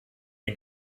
den